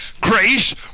grace